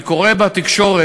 אני קורא בתקשורת